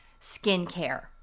skincare